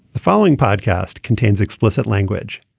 the following podcast contains explicit language.